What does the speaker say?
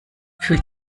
fühlt